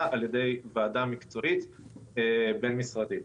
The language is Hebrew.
בהחלטה ובסופו של דבר מתקבלת החלטה על ידי ועדה מקצועית בין-משרדית.